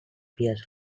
pears